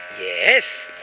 Yes